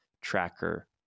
tracker